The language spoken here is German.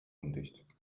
undicht